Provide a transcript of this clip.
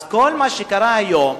אז כל מה שקרה היום,